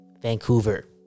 Vancouver